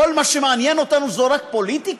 כל מה שמעניין אותנו זה פוליטיקה?